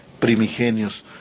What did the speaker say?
primigenios